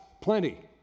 plenty